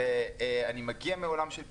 אני מגיע מעולם של פיתוח,